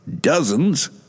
Dozens